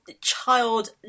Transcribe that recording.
child